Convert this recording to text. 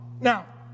Now